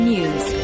News